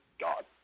God